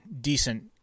decent